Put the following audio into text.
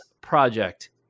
project